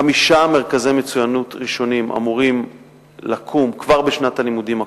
חמישה מרכזי מצוינות ראשונים אמורים לקום כבר בשנת הלימודים הקרובה.